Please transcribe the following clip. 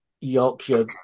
Yorkshire